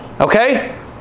Okay